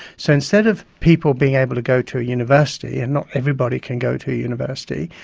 so instead of people being able to go to a university, and not everybody can go to a university.